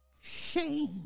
Shame